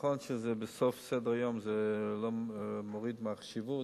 נכון שאם זה בסוף סדר-היום זה לא מוריד מהחשיבות,